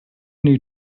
new